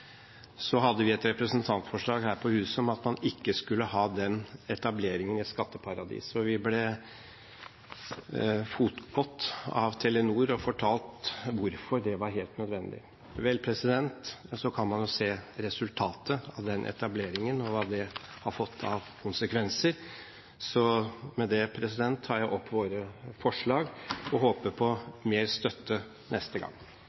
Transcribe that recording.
Så kan man jo se resultatet av den etableringen, og hva det har fått av konsekvenser. Med det tar jeg opp forslaget som vi har sammen med Sosialistisk Venstreparti, og håper på mer støtte neste gang.